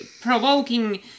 provoking